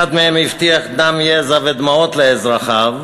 אחד מהם הבטיח דם, יזע ודמעות לאזרחיו.